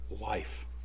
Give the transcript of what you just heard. life